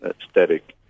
aesthetic